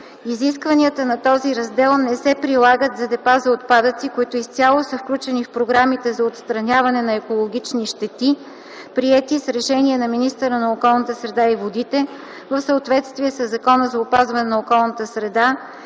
Изискванията на този раздел не се прилагат за депа за отпадъци, които изцяло са включени в програмите за отстраняване на екологични щети, приети с решение на министъра на околната среда и водите в съответствие със Закона за опазване на околната среда